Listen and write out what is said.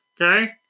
okay